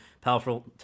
powerful